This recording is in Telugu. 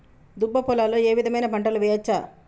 దుబ్బ పొలాల్లో ఏ విధమైన పంటలు వేయచ్చా?